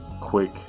quick